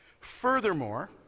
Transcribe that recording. Furthermore